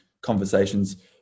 conversations